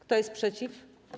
Kto jest przeciw?